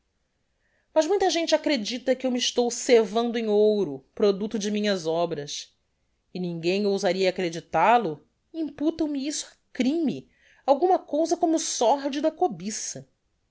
mas muita gente acredita que eu me estou cevando em ouro producto de minhas obras e ninguem ousaria acredital o imputam me isso á crime alguma cousa como sordida cobiça